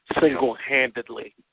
single-handedly